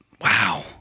Wow